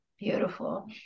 beautiful